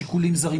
שיקולים זרים,